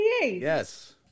Yes